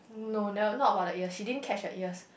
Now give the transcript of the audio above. no not not about the ear she didn't catch the ears